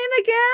again